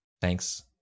Thanks